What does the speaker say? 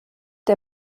der